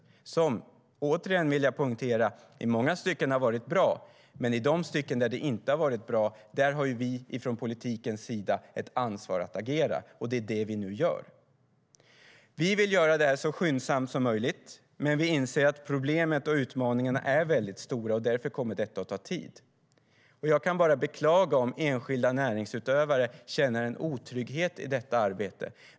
Den har - det vill jag återigen poängtera - i många stycken varit bra. Men i de stycken där det inte har varit bra har vi från politikens sida ett ansvar att agera, och det är det vi nu gör. Jag kan bara beklaga om enskilda näringsutövare känner en otrygghet i detta arbete.